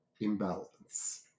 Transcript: imbalance